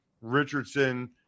Richardson